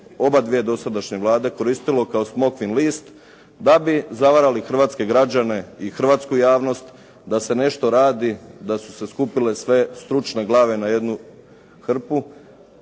obadvije dosadašnje Vlade koristilo kao smokvin list, da bi zavarali hrvatske građane i hrvatsku javnost da se nešto radi, da su se skupile sve stručne glave na jednu hrpu,